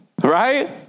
Right